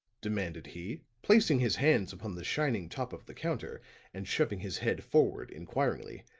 demanded he, placing his hands upon the shining top of the counter and shoving his head forward inquiringly,